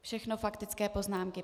Všechno faktické poznámky.